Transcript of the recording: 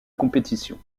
compétition